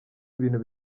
ibintu